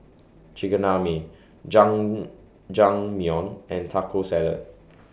Chigenabe Jajangmyeon and Taco Salad